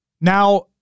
Now